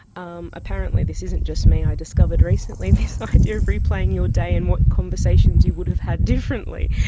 um apparently this isn't just me i discovered recently, this idea of replaying your day and what conversations you would have had differently,